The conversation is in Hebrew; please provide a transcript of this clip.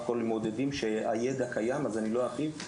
הכל מעודדים שהידע קיים אז אני לא ארחיב,